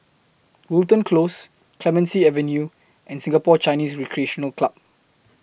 Wilton Close Clemenceau Avenue and Singapore Chinese Recreational Club